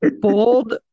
bold